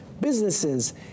businesses